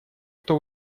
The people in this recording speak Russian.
кто